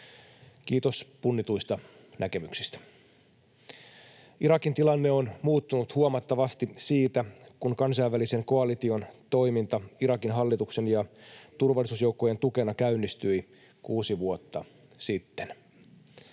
Kiitos punnituista näkemyksistä. Irakin tilanne on muuttunut huomattavasti siitä, kun kansainvälisen koalition toiminta Irakin hallituksen ja turvallisuusjoukkojen tukena käynnistyi kuusi vuotta sitten.